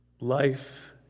life